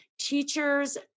Teachers